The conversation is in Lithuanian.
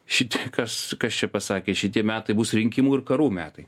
šitie kas kas čia pasakė šitie metai bus rinkimų ir karų metai